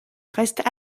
restent